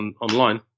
online